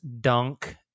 dunk